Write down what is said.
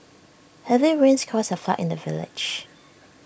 heavy rains caused A flood in the village